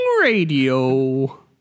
radio